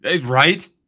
Right